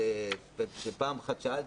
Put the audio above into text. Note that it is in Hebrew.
שאלתי,